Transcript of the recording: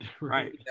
right